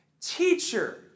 Teacher